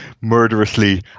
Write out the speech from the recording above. murderously